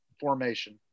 formation